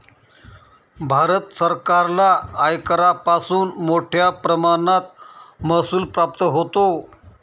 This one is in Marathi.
भारत सरकारला आयकरापासून मोठया प्रमाणात महसूल प्राप्त होतो